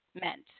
meant